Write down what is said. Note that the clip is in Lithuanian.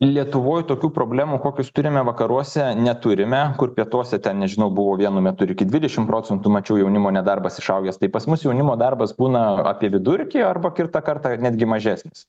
lietuvoj tokių problemų kokius turime vakaruose neturime kur pietuose ten nežinau buvo vienu metu ir iki dvidešim procentų mačiau jaunimo nedarbas išaugęs tai pas mus jaunimo darbas būna apie vidurkį arba kitą kartą netgi mažesnis